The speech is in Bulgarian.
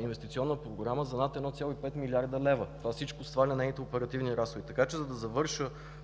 инвестиционна програма за над 1,5 млрд. лв. Всичко това сваля нейните оперативни разходи. За да завърша